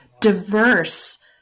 diverse